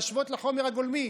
להשוות לחומר הגולמי.